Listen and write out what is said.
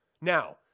Now